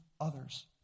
others